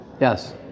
Yes